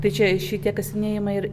tai čia šitie kasinėjimai ir